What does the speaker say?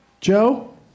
Joe